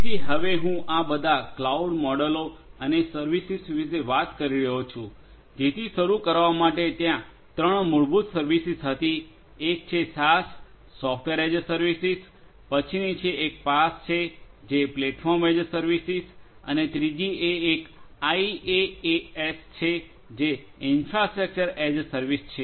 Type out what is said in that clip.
તેથી હવે હું આ બધા ક્લાઉડ મોડેલો અને સર્વિસીસ વિશે વાત કરી રહ્યો છું જેથી શરૂ કરવા માટે ત્યાં ત્રણ મૂળભૂત સર્વિસીસ હતી એક છે SaaS software as a service પછીની એક પાસ છે જે પ્લેટફોર્મ એઝ એ સર્વિસ અને ત્રીજી એક આઇએએએસ છે જે ઇન્ફ્રાસ્ટ્રક્ચર એઝ એ સર્વિસ છે